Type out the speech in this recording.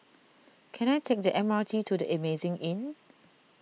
can I take the M R T to the Amazing Inn